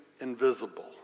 invisible